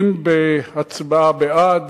אם בהצבעה בעד,